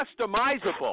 customizable